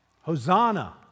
Hosanna